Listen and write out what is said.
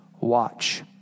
Watch